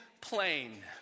plain